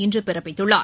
இன்றுபிறப்பித்துள்ளார்